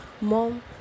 Mom